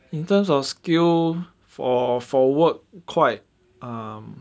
in terms of skill for for work quite um